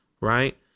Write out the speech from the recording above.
Right